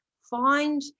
find